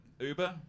Uber